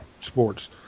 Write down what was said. Sports